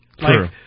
True